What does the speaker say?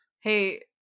Hey-